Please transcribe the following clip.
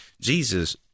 Jesus